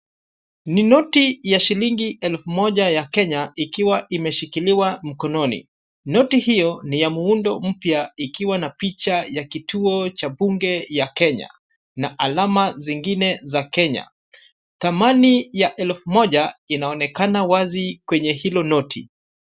Ni noti ya shilingi elfu moja ya Kenya ikiwa imeshikiliwa mkononi. Noti hiyo ni ya muundo mpya ikiwa na picha ya kituo cha bunge ya Kenya na alama zingine za Kenya. Thamani ya elfu moja inaonekana wazi kwenye hilo noti.